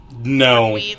no